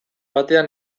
batean